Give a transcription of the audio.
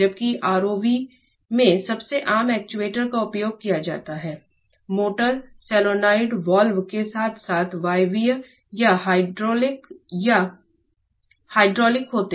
जबकि ROV में सबसे आम एक्चुएटर का उपयोग किया जाता है मोटर सोलेनॉइड वाल्व के साथ साथ वायवीय या हाइड्रोलिक और या हाइड्रोलिक होते हैं